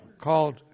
called